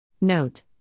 Note